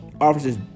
officers